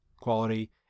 quality